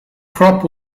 crop